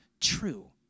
true